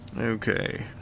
Okay